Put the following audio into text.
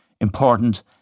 important